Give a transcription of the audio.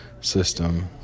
system